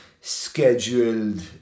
scheduled